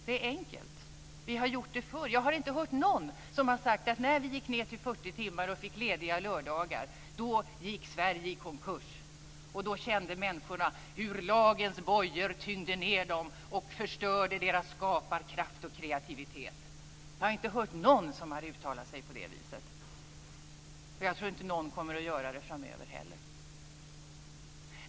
Det är enkelt. Vi har gjort det förr. Jag har inte hört någon som har sagt att Sverige, när vi gick ned till 40-timmarsvecka och fick lediga lördagar, gick i konkurs och att människorna då kände hur lagens bojor tyngde ned dem och förstörde deras skaparkraft och kreativitet. Jag har inte hört någon som har uttalat sig på det viset, och jag tror inte att någon kommer att göra det framöver heller.